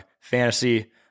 Fantasy